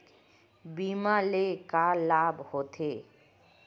बीमा ले का लाभ होथे?